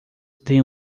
tem